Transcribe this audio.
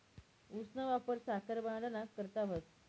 ऊसना वापर साखर बनाडाना करता व्हस